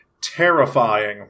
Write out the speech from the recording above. terrifying